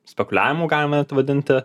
spekuliavimu galim net vadinti